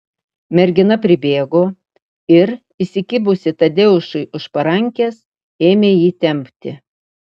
mergina pribėgo ir įsikibusi tadeušui už parankės ėmė jį tempti